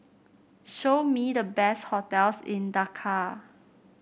show me the best hotels in Dakar